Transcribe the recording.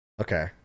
Okay